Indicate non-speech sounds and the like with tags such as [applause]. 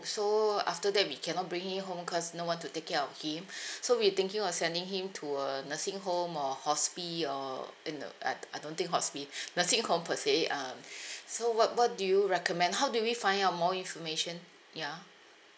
so after that we cannot bring him home cause no one to take care of him [breath] so we're thinking of sending him to a nursing home or HOSP or you know I I don't think HOSP [breath] nursing home per se um [breath] so what what do you recommend how do we find out more information ya